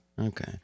Okay